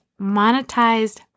monetized